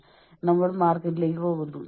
സംഘടന കൂടുതൽ ലാഭം ഉണ്ടാക്കുന്നു